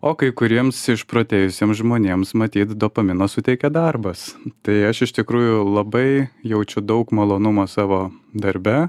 o kai kuriems išprotėjusiems žmonėms matyt dopamino suteikia darbas tai aš iš tikrųjų labai jaučiu daug malonumo savo darbe